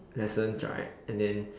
lessons right and then